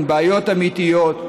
עם בעיות אמיתיות,